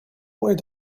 points